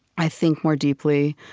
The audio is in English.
i think more deeply.